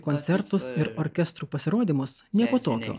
koncertus ir orkestrų pasirodymus nieko tokio